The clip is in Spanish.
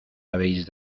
habéis